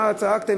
אתה צעקת,